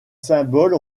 symboles